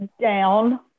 down